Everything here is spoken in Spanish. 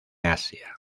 asia